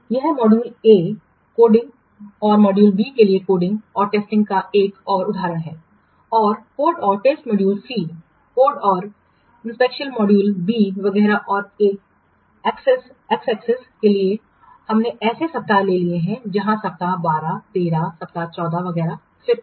यह module A coding और module B के लिए कोडिंग और टेस्टिंग का एक और उदाहरण है और कोड और टेस्ट मॉड्यूल सी कोड और परीक्षण मॉड्यूल बी वगैरह और इन एक्स एक्सेस के लिए हमने ऐसे सप्ताह ले लिए हैं जहां सप्ताह 12 सप्ताह 13 सप्ताह 14 वगैरह फिर आदि